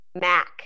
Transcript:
Mac